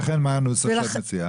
ולכן מה הנוסח שאת מציעה?